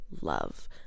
love